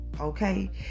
okay